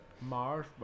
Mars